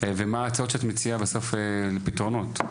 ומה ההצעות שאת מציעה בסוף, פתרונות.